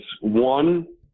one